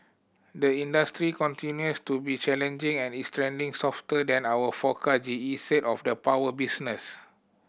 the industry continues to be challenging and is trending softer than our forecast G E said of the power business